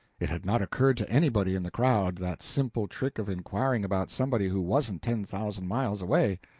it had not occurred to anybody in the crowd that simple trick of inquiring about somebody who wasn't ten thousand miles away.